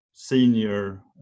senior